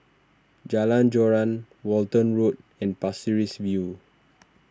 Jalan Joran Walton Road and Pasir Ris View